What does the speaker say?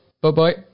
Bye-bye